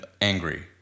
angry